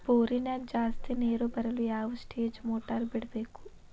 ಬೋರಿನ್ಯಾಗ ಜಾಸ್ತಿ ನೇರು ಬರಲು ಯಾವ ಸ್ಟೇಜ್ ಮೋಟಾರ್ ಬಿಡಬೇಕು?